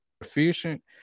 efficient